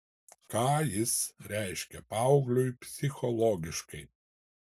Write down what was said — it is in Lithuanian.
ką jis reiškia paaugliui psichologiškai